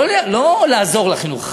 לא לעזור לחינוך החרדי,